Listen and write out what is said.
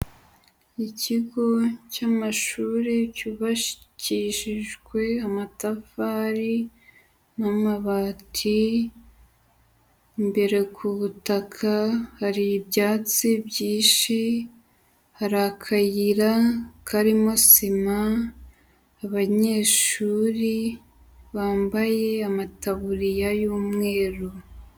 Ikigo cy'amashuri cyubakishijwe amatafari n'amabati, imbere ku butaka hari ibyatsi byinshi, hari akayira karimo sima, abanyeshuri bambaye amataburiya y'umweru.